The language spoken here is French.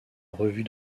revue